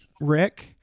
Rick